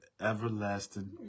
everlasting